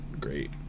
great